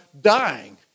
dying